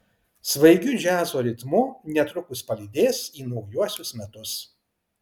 svaigiu džiazo ritmu netrukus palydės į naujuosius metus